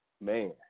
Man